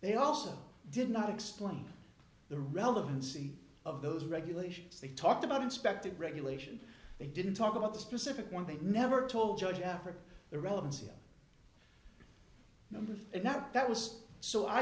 they also did not explain the relevancy of those regulations they talked about inspected regulations they didn't talk about the specific one they never told judge africa the relevancy of a number of a number that was